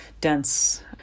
dense